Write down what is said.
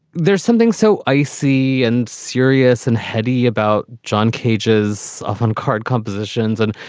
there's something so icy and serious and heady about john cage's often card compositions. and,